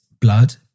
blood